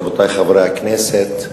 רבותי חברי הכנסת,